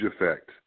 effect